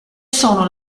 sono